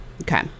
Okay